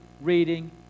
reading